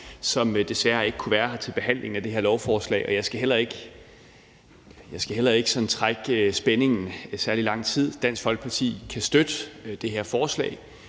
som desværre ikke kunne være her til behandlingen af det her lovforslag. Jeg skal heller ikke trække spændingen særlig lang tid. Dansk Folkeparti kan støtte det her forslag.